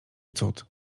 cud